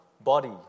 body